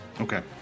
Okay